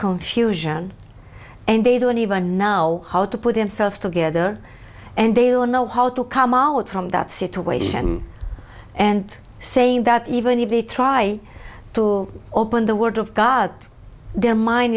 confusion and they don't even now how to put himself together and they will know how to come out from that situation and saying that even if they try to open the word of god their mind